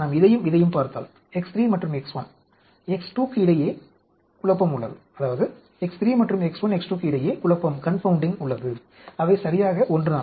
நாம் இதையும் இதையும் பார்த்தால் X3 மற்றும் X1 X2 க்கு இடையே குழப்பம் உள்ளது அவை சரியாக ஒன்றுதான்